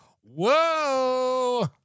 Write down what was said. Whoa